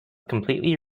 completely